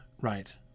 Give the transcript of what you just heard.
right